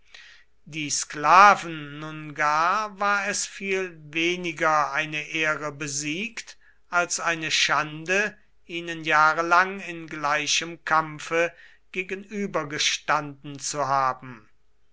die sklaven nun gar war es viel weniger eine ehre besiegt als eine schande ihnen jahrelang in gleichem kampfe gegenübergestanden zu haben